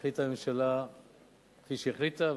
החליטה הממשלה כפי שהחליטה,